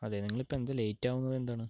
അതെ നിങ്ങളിപ്പോൾ എന്താ ലേറ്റാവണതെന്താണ്